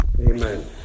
Amen